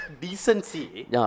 decency